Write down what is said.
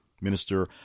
Minister